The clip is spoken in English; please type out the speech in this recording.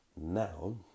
Now